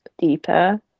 deeper